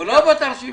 הוא לא באותה רשימה.